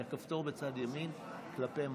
את מערכת הביטחון של מדינת ישראל.